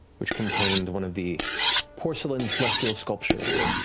which contained one of the porcelain celestial sculptures